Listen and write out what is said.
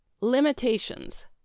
Limitations